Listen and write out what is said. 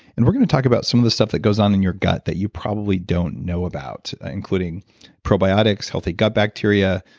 and we're gonna talk about some of the stuff that goes on in your gut that you probably don't know about, including probiotics, healthy gut bacteria,